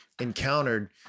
encountered